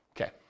Okay